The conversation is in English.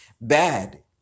bad